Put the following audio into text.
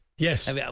Yes